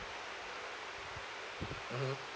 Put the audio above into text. mmhmm